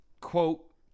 Quote